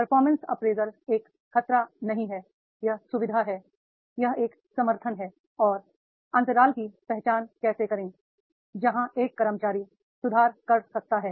performance appraisal एक खतरा नहीं है यह सुविधा है यह एक समर्थन है और अंतराल की पहचान कैसे करें जहां एक कर्मचारीसुधार कर सकता है